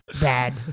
bad